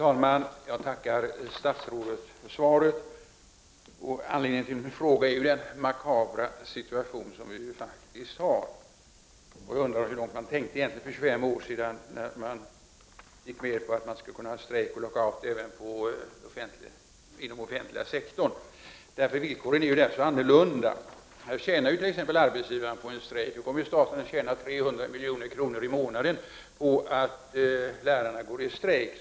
Herr talman! Jag tackar statsrådet för svaret. Anledningen till min fråga är den makabra situation som vi faktiskt har. Jag undrar hur långt man egentligen tänkte för 25 år sedan när man gick med på att man även inom den offentliga sektorn skulle kunna ha strejk och lockout. Villkoren är där så annorlunda. Arbetsgivaren tjänar t.ex. på en strejk, och staten kommer nu att tjäna 300 milj.kr. i månaden på att lärarna går i strejk.